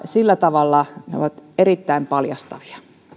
sillä tavalla ne ovat erittäin paljastavia